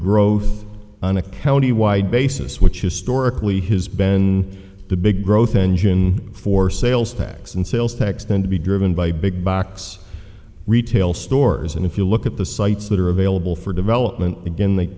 growth on a county wide basis which historically has been the big growth engine for sales tax and sales tax then to be driven by big box retail stores and if you look at the sites that are available for development again they